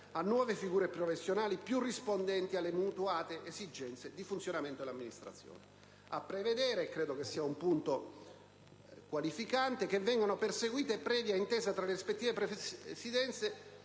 a nuove figure professionali più rispondenti alle mutate esigenze di funzionamento dell'amministrazione; a prevedere, e credo che sia un punto qualificante, che vengano perseguite, previa intesa tra le rispettive Presidenze,